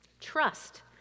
Trust